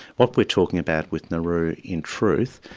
what we're talking about with nauru in truth,